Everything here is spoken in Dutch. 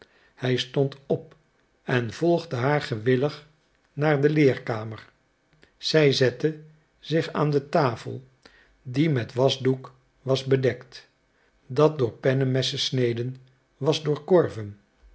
hij stond op en volgde haar gewillig naar de leerkamer zij zette zich aan de tafel die met wasdoek was bedekt dat door pennemessneden was